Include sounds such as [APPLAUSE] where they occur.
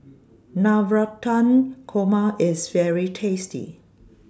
[NOISE] Navratan Korma IS very tasty